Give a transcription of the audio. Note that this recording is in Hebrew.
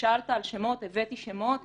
ואם ביקשת שמות, הבאתי שמות --- לא,